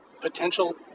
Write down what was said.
potential